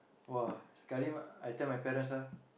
!wah! sekali I tell my parents ah